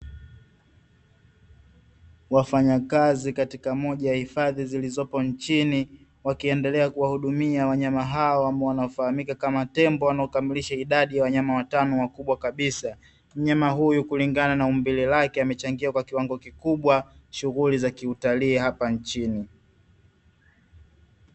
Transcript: Wafanyakazi katika moja ya hifadhi zilizopo nchini wakiendelea kuwahudumia wanyama hao ambao wanafahamika kama tembo wanaokamilisha idadi ya wanyama watano wakubwa kabisa. Mnyama huyu kulingana na umbile lake amechangia kwa kiwango kikubwa shughuli za kiutalii hapa nchini.